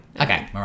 Okay